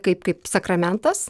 kaip kaip sakramentas